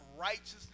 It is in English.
righteousness